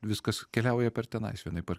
viskas keliauja per tenais vienaip ar